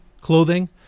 clothing